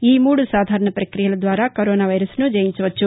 ఈ మూడు సాధారణ ప్రక్రియల ద్వారా కరోనా వైరస్ను జయించవచ్చు